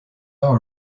are